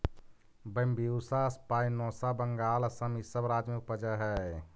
Bambusa spinosa Bengal, Assam इ सब राज्य में उपजऽ हई